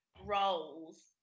roles